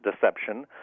deception